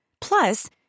Plus